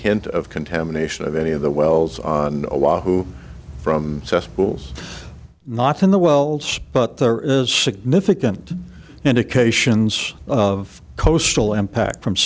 hint of contamination of any of the wells on oahu from cesspools not in the wells but there is significant indications of coastal impact from